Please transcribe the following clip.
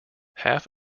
half